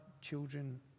children